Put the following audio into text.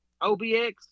OBX